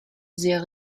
sehr